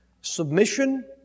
submission